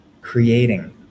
creating